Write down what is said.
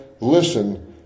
listen